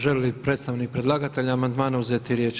Želi li predstavnik predlagatelja amandmana uzeti riječ?